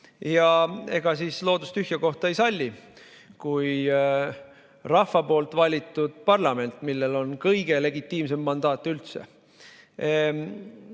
Ega siis loodus tühja kohta ei salli. Kui rahva valitud parlament, millel on kõige legitiimsem mandaat üldse,